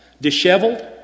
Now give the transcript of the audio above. disheveled